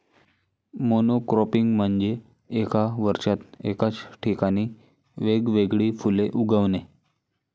monocropping म्हणजे एका वर्षात एकाच ठिकाणी वेगवेगळी फुले उगवणे